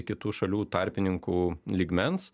kitų šalių tarpininkų lygmens